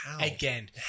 again